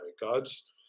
God's